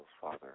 Father